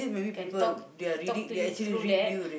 can talk talk to you through that